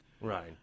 Right